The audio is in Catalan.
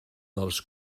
dels